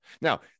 Now